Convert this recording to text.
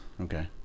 Okay